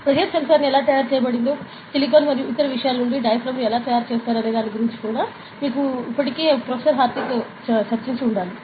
pressure sensor ఎలా తయారు చేయబడిందో సిలికాన్ మరియు ఇతర విషయాల నుండి డయాఫ్రాగమ్ ఎలా తయారు చేయబడిందనే దాని గురించి ప్రొఫెసర్ హార్దిక్ మీతో ఇప్పటికే చర్చించి ఉండాలి